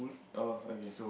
oh okay